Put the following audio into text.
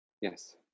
Yes